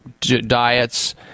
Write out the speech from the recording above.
diets